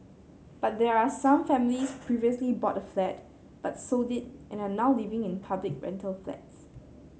but there are some families previously bought a flat but sold it and are now living in public rental flats